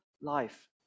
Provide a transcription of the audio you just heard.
life